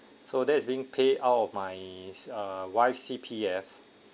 so that is being paid out of my uh wife C_P_F